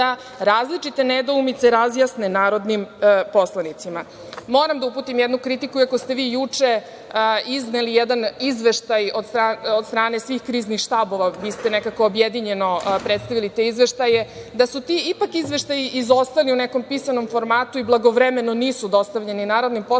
različite nedoumice razjasne narodnim poslanicima. Moram da uputim jednu kritiku, iako ste vi juče izneli jedan izveštaj od strane svih kriznih štabova, vi ste nekako objedinjeno predstavili te izveštaje, da su ti ipak izveštaji izostali u nekom pisanom formatu i blagovremeno nisu dostavljeni narodnim poslanicima,